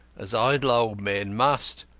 as idle old men must,